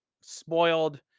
spoiled